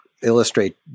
illustrate